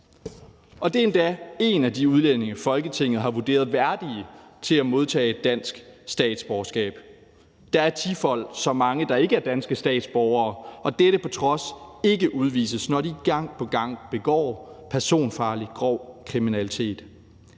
og det er endda en af de udlændinge, som Folketinget har vurderet som værdige til at modtage et dansk statsborgerskab. Og der er tifold så mange, der ikke er danske statsborgere, og som dette på trods ikke udvises, når de gang på gang begår personfarlig grov kriminalitet.